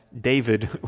David